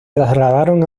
trasladaron